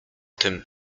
tym